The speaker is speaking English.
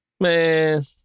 man